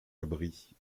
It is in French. abris